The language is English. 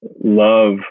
love